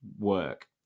work